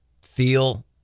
feel